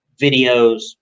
videos